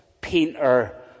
painter